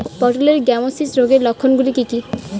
পটলের গ্যামোসিস রোগের লক্ষণগুলি কী কী?